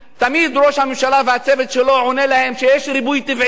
תמיד ראש הממשלה והצוות שלו עונים להם שיש ריבוי טבעי.